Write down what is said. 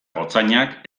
gotzainak